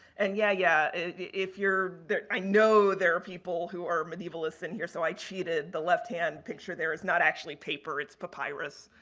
and, yeah, yeah, if you're, i know there are people who are medievalists in here. so, i cheated, the left hand picture there is not actually paper, it's papyrus.